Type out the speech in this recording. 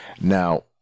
Now